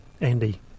Andy